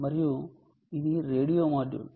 మరియు ఇది radio module